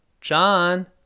John